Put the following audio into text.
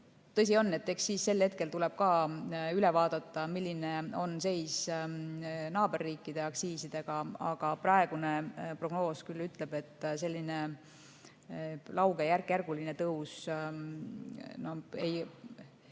Tõsi on, et eks sel hetkel tuleb üle vaadata, milline on seis naaberriikide aktsiisidega. Aga praegune prognoos küll ütleb, et selline lauge järkjärguline tõus ei